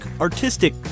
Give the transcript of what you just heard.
artistic